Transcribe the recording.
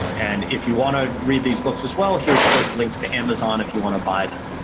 and if you want to read these books as well, here's click links to amazon if you want to buy them.